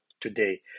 today